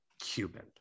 Cuban